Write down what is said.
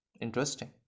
interesting